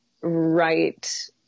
right